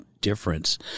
difference